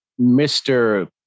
Mr